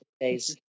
days